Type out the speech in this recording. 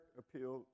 appeal